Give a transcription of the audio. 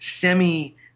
semi